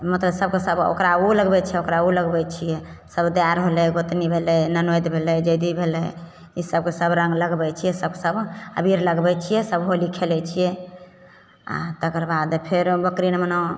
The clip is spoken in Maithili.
मतलब सबके सब ओकरा ओ लगबय छै ओकरा ओ लगबय छियै सब तैयार भेलनि गोतनी भेलय ननदि भेलय जैधी भेलय उसबके सब रङ्ग लगबय छियै ई सब सब अबीर लगबय छियै तब होली खेलय छियै आओर तकरबाद फेर बकरी नमना